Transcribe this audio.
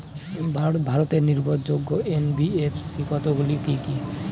ভারতের নির্ভরযোগ্য এন.বি.এফ.সি কতগুলি কি কি?